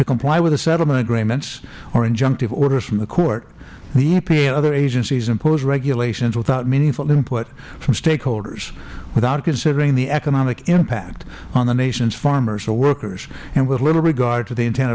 to comply with the settlement agreements or injunctive orders from the court the epa and other agencies impose regulations without meaningful input from stakeholders without considering the economic impact on the nations farmers or workers and with little regard to the intent